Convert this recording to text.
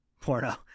Porno